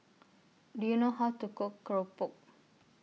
Do YOU know How to Cook Keropok